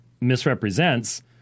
misrepresents